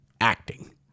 acting